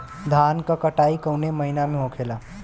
धान क कटाई कवने महीना में होखेला?